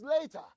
later